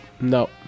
No